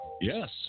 Yes